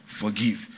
Forgive